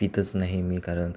पीतच नाही मी कारण